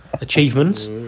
achievements